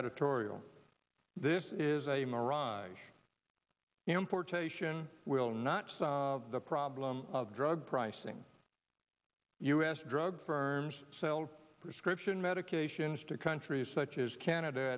editorial this is a mirage importation will not solve the problem of drug pricing u s drug firms sell prescription medications to countries such as canada